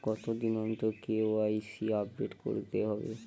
কতদিন অন্তর KYC update করতে হবে?